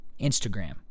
Instagram